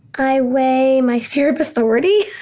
i weigh my fear of authority.